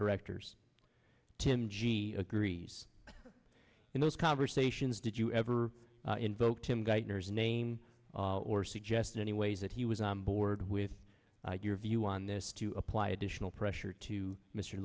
directors tim g agrees in those conversations did you ever invoke tim geithner's name or suggest any ways that he was on board with your view on this to apply additional pressure to mr